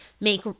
make